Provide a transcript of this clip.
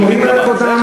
שומרים על כבודם,